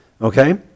okay